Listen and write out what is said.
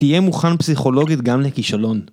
תהיה מוכן פסיכולוגית גם לכישלון.